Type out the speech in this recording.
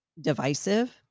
divisive